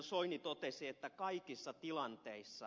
soini totesi että kaikissa tilanteissa